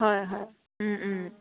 হয় হয়